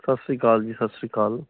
ਸਤਿ ਸ਼੍ਰੀ ਅਕਾਲ ਜੀ ਸਤਿ ਸ਼੍ਰੀ ਅਕਾਲ